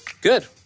Good